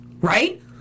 right